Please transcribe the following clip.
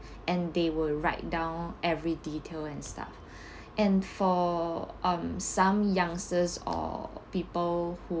and they will write down every detail and stuff and for um some youngsters or people who